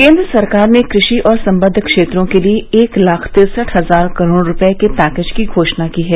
केन्द्र सरकार ने कृषि और संबद्ध क्षेत्रों के लिए एक लाख तिरसठ हजार करोड़ रूपये के पैकेज की घोषणा की है